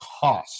cost